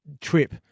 trip